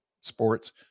sports